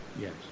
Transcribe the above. Yes